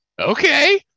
okay